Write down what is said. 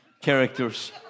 characters